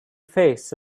face